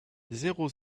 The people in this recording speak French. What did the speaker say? zéro